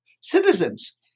citizens